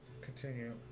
continue